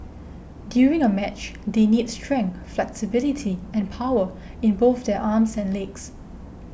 during a match they need strength flexibility and power in both their arms and legs